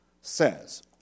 says